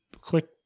click